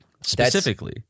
Specifically